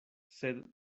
sed